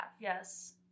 Yes